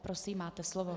Prosím, máte slovo.